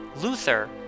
Luther